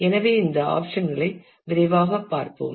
எனவே இந்த ஆப்சன் களை விரைவாகப் பார்ப்போம்